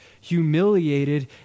humiliated